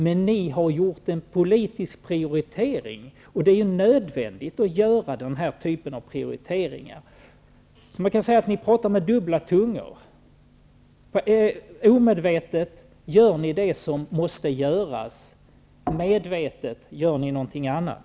Men ni har gjort en politisk prioritering, och det är nödvändigt att göra den typen av prioriteringar. Man kan alltså säga att ni talar med dubbla tungor; omedvetet gör ni det som måste göras -- medvetet gör ni någonting annat.